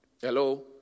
Hello